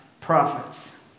prophets